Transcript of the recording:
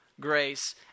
grace